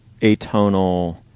atonal